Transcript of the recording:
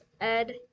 Ed